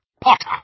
Potter